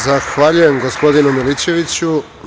Zahvaljujem gospodine Milićeviću.